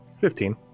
Fifteen